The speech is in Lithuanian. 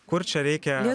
kur čia reikia